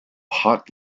hot